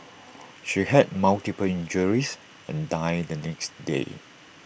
she had multiple injuries and died the next day